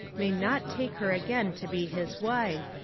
may not take her again to be his wife,